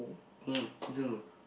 um do